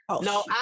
no